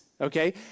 Okay